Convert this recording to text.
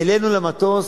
העלינו למטוס,